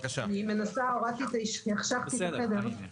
התשפ"א-2021,